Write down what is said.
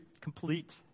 complete